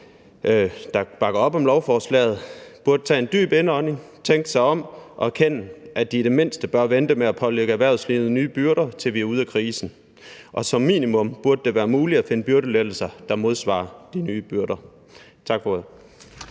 der bakker op om lovforslaget, burde tage en dyb indånding, tænke sig om og erkende, at de i det mindste bør vente med at pålægge erhvervslivet nye byrder, til vi er ude af krisen, og som minimum burde det være muligt at finde byrdelettelser, der modsvarer de nye byrder. Tak for ordet.